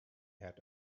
had